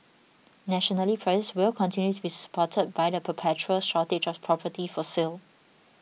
nationally prices will continue to be supported by the perpetual shortage of property for sale